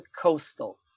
coastal